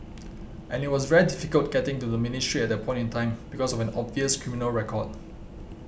and it was very difficult getting into the ministry at that point in time because of an obvious criminal record